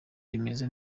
rimeze